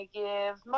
give